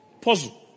Puzzle